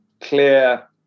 clear